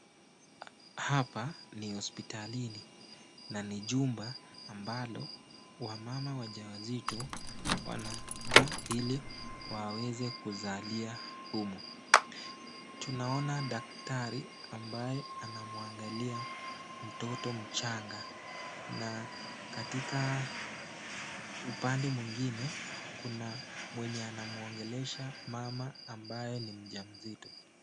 Hapa ni hospitalini na ni jumba ambalo wamama wajawazito wanaja ili waweze kuzalia humu. Tunaona daktari ambaye anamuangalia mtoto mchanga na katika upande mwingine kuna mwenye anamuongelesha mama ambaye ni mja mzito.